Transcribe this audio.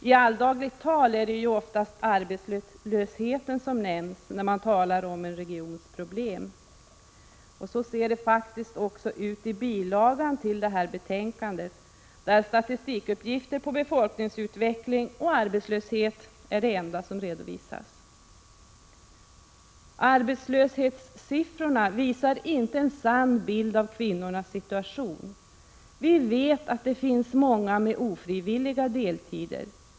I alldagligt tal är det ju oftast arbetslösheten som nämns när man talar om en regions problem. Så ser det faktiskt också ut i bilagan till detta betänkande, där statistikuppgifter på befolkningsutveckling och arbetslöshet är det enda som redovisas. Arbetslöshetssiffrorna visar inte en sann bild av kvinnornas situation. Vi vet att det finns många med ofrivilliga deltider.